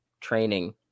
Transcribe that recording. training